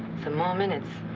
some more minutes,